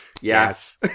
Yes